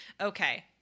Okay